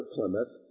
Plymouth